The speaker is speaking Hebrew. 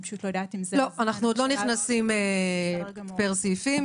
עוד לא נכנסים פר סעיפים.